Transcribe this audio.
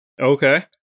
Okay